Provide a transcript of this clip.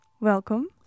welcome